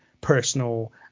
personal